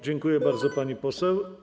Dziękuję bardzo, pani poseł.